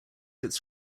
its